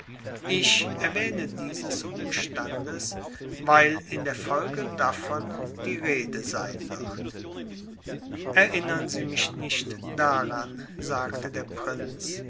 ich erwähne dieses umstandes weil in der folge davon die rede sein wird erinnern sie mich nicht daran sagte der prinz